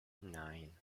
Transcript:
nine